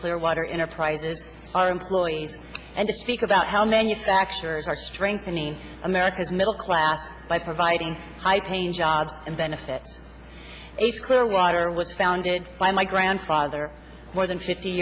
square water enterprises our employees and to speak about how manufacturers are strengthening america's middle class by providing high paying jobs and benefit a clear water was founded by my grandfather more than fifty